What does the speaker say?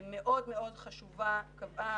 מאוד מאוד חשובה קבעה,